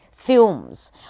Films